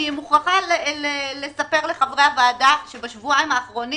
אני מוכרחה לספר לחברי הוועדה שבשבועיים האחרונים